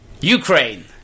Ukraine